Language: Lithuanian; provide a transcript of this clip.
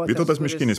vytautas miškinis